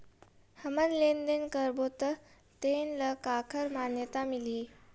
हमन लेन देन करबो त तेन ल काखर मान्यता मिलही?